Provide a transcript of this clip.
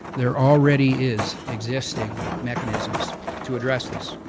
there already is existing mechanisms to address this.